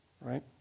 right